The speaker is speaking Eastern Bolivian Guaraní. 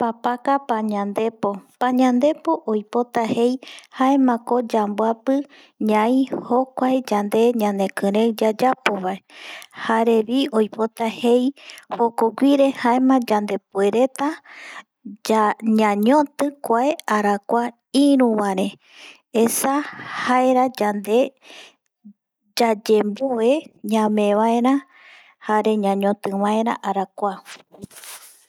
Papaka pañandepo, pañandepo oipota jei jaemako yamboapi ñai jokuae yande ñanekirei yayapovae jarevi oipota jei jokoguire jaema yande puereta ya ñañoti kuae arakua iru vara, esa jaera yande yayemboe ñame vaera jare ñoñoti vaera arakua